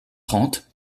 trente